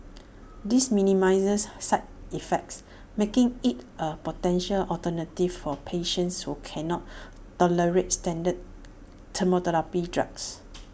this minimises side effects making IT A potential alternative for patients who cannot tolerate standard chemotherapy drugs